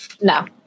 No